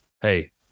hey